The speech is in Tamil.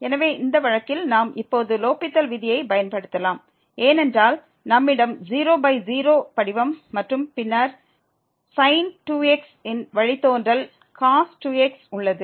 எனவே இந்த வழக்கில் நாம் இப்போது லோப்பித்தல் விதியைப் பயன்படுத்தலாம் ஏனென்றால் நம்மிடம் 00 படிவம் மற்றும் பின்னர் sin 2x இன் வழித்தோன்றல் cos 2x உள்ளது